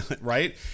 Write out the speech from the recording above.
Right